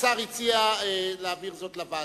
השר הציע להעביר זאת לוועדה,